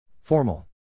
Formal